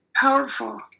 powerful